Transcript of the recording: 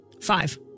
Five